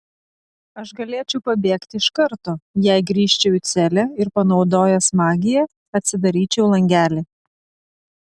aš galėčiau pabėgti iš karto jei grįžčiau į celę ir panaudojęs magiją atsidaryčiau langelį